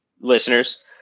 listeners